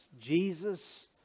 Jesus